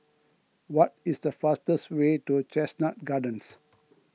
what is the fastest way to Chestnut Gardens